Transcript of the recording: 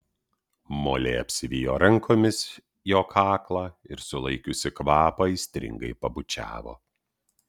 molė apsivijo rankomis jo kaklą ir sulaikiusi kvapą aistringai pabučiavo